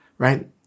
right